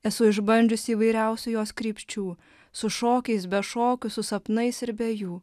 esu išbandžiusi įvairiausių jos krypčių su šokiais be šokių su sapnais ir be jų